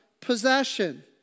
possession